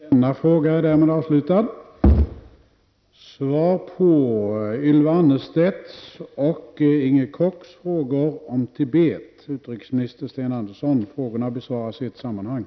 Den kinesiska ockupationen av Tibet tar sig alltmer repressiva uttryck. De senaste rapporterna talar om tvångssteriliseringar och tvångsaborter i de mest bestialiska former.